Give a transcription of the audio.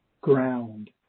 ground